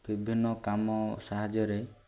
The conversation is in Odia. ବିଭିନ୍ନ କାମ ସାହାଯ୍ୟରେ